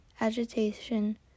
agitation